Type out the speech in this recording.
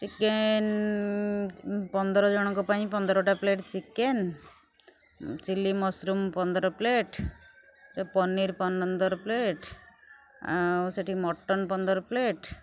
chicken ପନ୍ଦର ଜଣଙ୍କ ପାଇଁ ପନ୍ଦରଟା ପ୍ଲେଟ୍ ଚିକେନ୍ ଚି଼ଲି ମଶୃମ୍ ପନ୍ଦର ପ୍ଲେଟ୍ ପନିର୍ ପନ୍ଦର ପ୍ଲେଟ୍ ଆଉ ସେଠି ମଟନ୍ ପନ୍ଦର ପ୍ଲେଟ୍